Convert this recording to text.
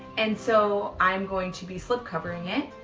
and so i'm going to be slip covering it.